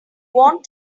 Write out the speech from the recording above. want